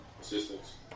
assistance